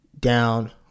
down